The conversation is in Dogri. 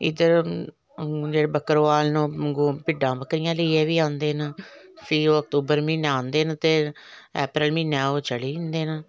इद्धर जेहडे़ बकरबाल ना ओह् भेडां बकरियां लेइयै बी ओंदे ना फ्ही ओह् अक्तूबर म्हिने आंदे ना ते ओह् अप्रैल म्हिने ओह् चली जंदे न